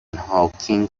هاوکینگ